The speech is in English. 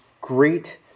great